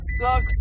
sucks